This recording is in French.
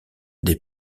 des